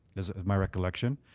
is my recollection.